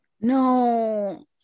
no